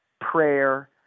prayer